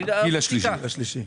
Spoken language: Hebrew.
הגיל השלישי.